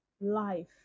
life